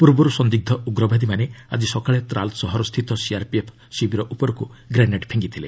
ପୂର୍ବରୁ ସନ୍ଦିଗ୍ଧ ଉଗ୍ରବାଦୀମାନେ ଆଜି ସକାଳେ ତ୍ରାଲ୍ ସହର ସ୍ଥିତ ସିଆର୍ପିଏଫ୍ ଶିବିର ଉପରକୁ ଗ୍ରେନେଡ୍ ଫିଙ୍ଗିଥିଲେ